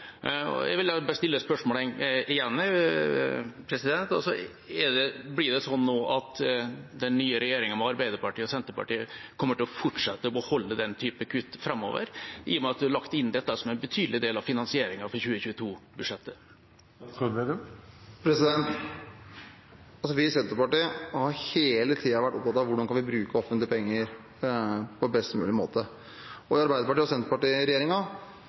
Jeg vil stille spørsmålet igjen: Kommer den nye regjeringa, med Arbeiderpartiet og Senterpartiet, til å fortsette å beholde den typen kutt framover, i og med at det er lagt inn som en betydelig del av finansieringen for 2022-budsjettet? Vi i Senterpartiet har hele tiden vært opptatt av hvordan vi kan bruke offentlige penger på best mulig måte. I Arbeiderparti–Senterparti-regjeringen kommer vi selvfølgelig til å ta velferdsgrep i